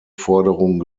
forderung